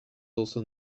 also